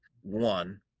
one